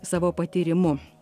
savo patyrimu